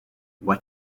what